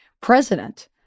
president